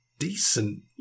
decent